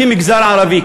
כמגזר ערבי,